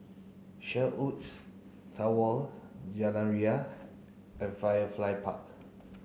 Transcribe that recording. Sherwoods Tower Jalan Ria and Firefly Park